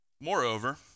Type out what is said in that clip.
Moreover